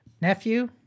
nephew